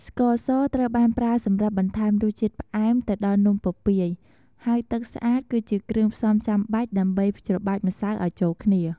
ស្ករស ត្រូវបានប្រើសម្រាប់បន្ថែមរសជាតិផ្អែមទៅដល់នំពពាយ ហើយទឹកស្អាត គឺជាគ្រឿងផ្សំចាំបាច់ដើម្បីច្របាច់ម្សៅឲ្យចូលគ្នា។